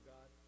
God